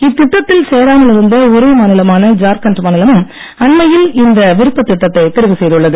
இத்திட்டத்தில் சேராமல் இருந்த ஒரே மாநிலமான ஜார்கண்ட் மாநிலமும் அண்மையில் இந்த விருப்பத் திட்டத்தை தெரிவு செய்துள்ளது